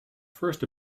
first